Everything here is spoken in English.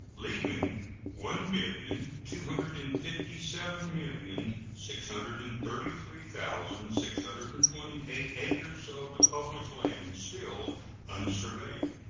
leaving one billion two hundred and fifty seven million six hundred and thirty three thousand six hundred and twenty eight acres of the public lands still unsurveyed.